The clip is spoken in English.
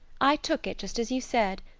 i took it just as you said.